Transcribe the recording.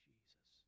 Jesus